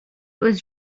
was